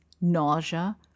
nausea